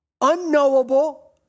unknowable